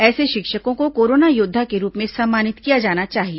ऐसे शिक्षकों को कोरोना योद्वा के रूप में सम्मानित किया जाना चाहिए